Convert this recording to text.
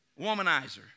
womanizer